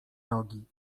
nogi